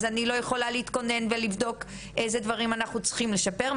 אז אני לא יכולה להתכונן ולבדוק איזה דברים אנחנו צריכים לשפר,